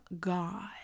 God